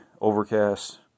overcast